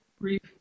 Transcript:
brief